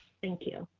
thank you.